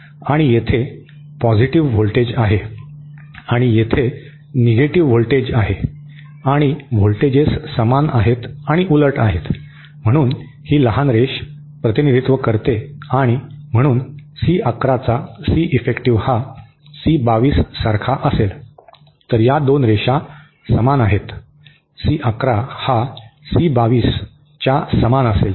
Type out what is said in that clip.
आणि येथे positive voltage आहे आणि येथे निगेटिव्ह व्होल्टेज आहे आणि व्होल्टेजेस समान आहेत आणि उलट आहेत म्हणून ही लहान रेष प्रतिनिधित्व करते आणि म्हणून सी 11 चा सी इफेक्टिव्ह हा सी 22 सारखा असेल तर या दोन रेषा समान आहेत सी 11 हा सी 22 च्या समान असेल